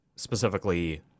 Specifically